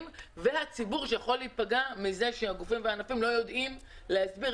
והציבור שיכול להיפגע מזה שהגופים והענפים לא יודעים להסביר